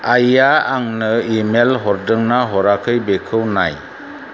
आइया आंनो इमेल हरदोंना हराखै बेखौ नाय